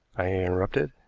i interrupted.